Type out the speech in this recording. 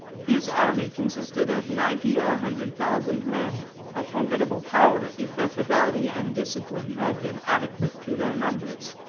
his army consisted of ninety or a hundred thousand men a formidable power, if their fidelity and discipline had been adequate to their numbers.